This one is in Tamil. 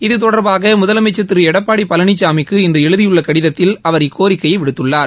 இது தொடர்பாக முதலமைச்சர் திரு எடப்பாடி பழனிசாமிக்கு இன்று எழுதியுள்ள கடிதத்தில் அவர் இக்கோரிக்கையை விடுத்துள்ளார்